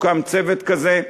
הוקם צוות כזה,